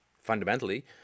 fundamentally